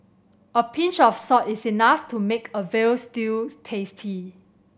a pinch of salt is enough to make a veal stew tasty